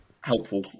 helpful